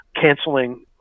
canceling